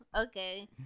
okay